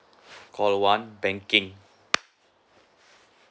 call one banking